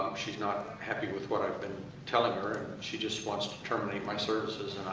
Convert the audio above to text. um she's not happy with what i have been telling her and she just wants to terminate my services.